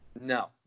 No